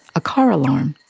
a car alarm,